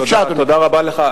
תודה רבה לך.